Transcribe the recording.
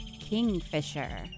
Kingfisher